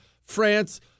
France